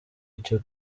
icyo